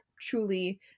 truly